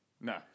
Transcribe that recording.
no